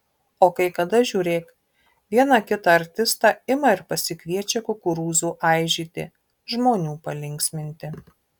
o kai kada žiūrėk vieną kitą artistą ima ir pasikviečia kukurūzų aižyti žmonių palinksminti